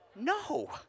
No